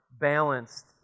balanced